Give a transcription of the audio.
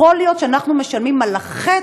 יכול להיות שאנחנו משלמים על החטא